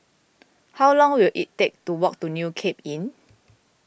how long will it take to walk to New Cape Inn